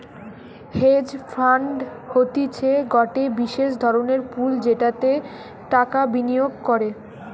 hedge fund হতিছে গটে বিশেষ ধরণের পুল যেটাতে টাকা বিনিয়োগ করে